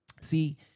see